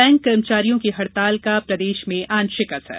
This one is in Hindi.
बैंक कर्मचारियों की हड़ताल का प्रदेश में आंशिक असर